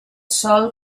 sòl